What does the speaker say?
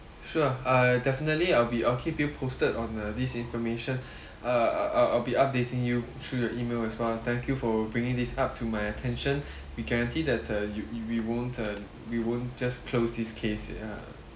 sure I definitely I'll be I'll keep you posted on uh this information uh I'll be updating you through the email as well thank you for bringing this up to my attention we guarantee that uh you you we won't uh we won't just close this case ya